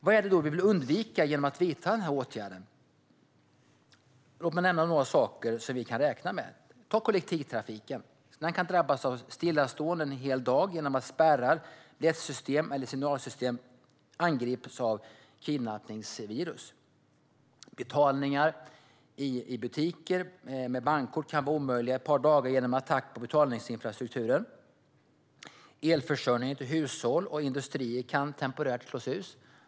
Vad är det då vi vill undvika genom att vidta den här åtgärden? Låt mig nämna några saker som vi kan räkna med. Kollektivtrafiken kan drabbas av stillastående en hel dag genom att spärrar, biljettsystem eller signalsystem angrips av kidnappningsvirus. Betalningar med bankkort i butiker kan vara omöjliga ett par dagar genom attacker på betalningsinfrastrukturen. Elförsörjningen till hushåll och industrier kan temporärt slås ut.